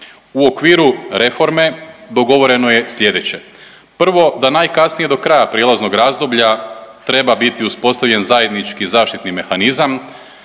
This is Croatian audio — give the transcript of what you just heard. U okviru reforme dogovoreno je sljedeće, prvo da najkasnije do kraja prijelaznog razdoblja treba biti uspostavljen zajednički zaštitni mehanizam